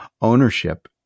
Ownership